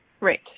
Right